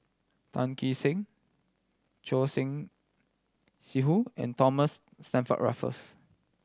Tan Kee Sek Choor Singh Sidhu and Thomas Stamford Raffles